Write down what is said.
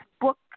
book